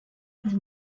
alliez